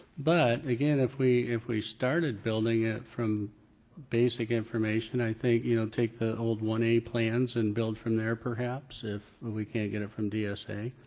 but again if we if we started building it from basic information, i think, you know, take the old one a plans and build from there perhaps if we can't get it from dsa.